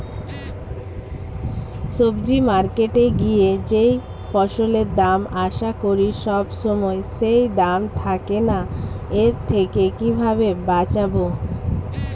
সবজি মার্কেটে গিয়ে যেই ফসলের দাম আশা করি সবসময় সেই দাম থাকে না এর থেকে কিভাবে বাঁচাবো?